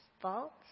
Faults